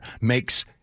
makes